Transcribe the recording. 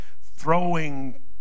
throwing